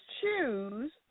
choose